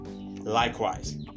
Likewise